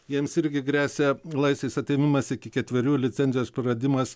jiems irgi gresia laisvės atėmimas iki ketverių licencijos praradimas